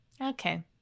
Okay